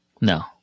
No